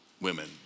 women